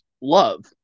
love